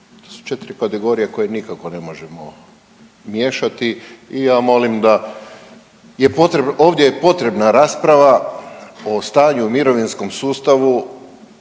To su 4 kategorije koje nikako ne možemo miješati i ja molim da je potrebno, ovdje je potrebna rasprava o stanju u mirovinskom sustavu,